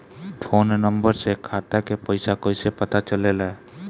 Phone number से खाता के पइसा कईसे पता चलेला?